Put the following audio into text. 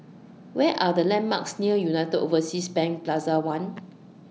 What Are The landmarks near United Overseas Bank Plaza one